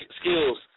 skills